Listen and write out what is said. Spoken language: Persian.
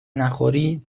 نخوری